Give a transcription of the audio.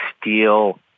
steal